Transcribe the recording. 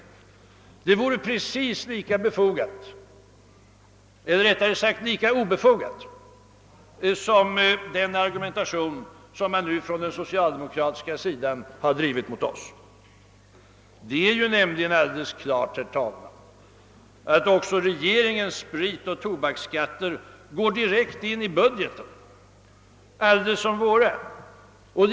Detta vore precis lika befogat — eller rättare sagt lika obefogat — som den argumentation som socialdemokraterna nu har använt mot oss. De spritoch tobaksskatter som regeringen föreslår går givetvis direkt in i budgeten precis som de som vi har föreslagit.